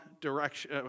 direction